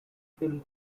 film